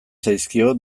zaizkio